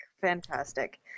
Fantastic